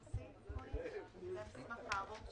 עם כל הכבוד, אנחנו שותפים לניהול הדברים.